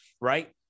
Right